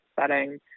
setting